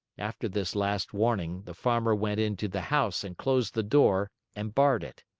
after this last warning, the farmer went into the house and closed the door and barred it.